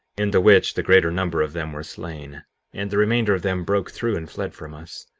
in the which, the greater number of them were slain and the remainder of them broke through and fled from us.